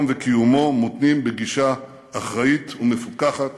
וקיומו מותנים בגישה אחראית ומפוכחת